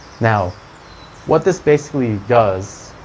now what this basically does,